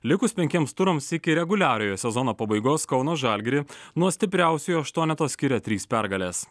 likus penkiems turams iki reguliariojo sezono pabaigos kauno žalgirį nuo stipriausiojo aštuoneto skiria trys pergalės